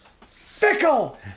fickle